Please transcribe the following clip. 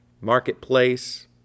marketplace